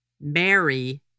Mary